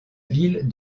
ville